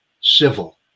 civil